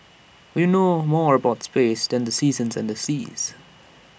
we know more about space than the seasons and the seas